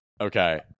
Okay